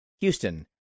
Houston